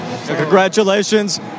Congratulations